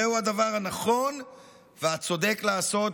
זהו הדבר הנכון והצודק לעשות,